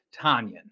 Tanyan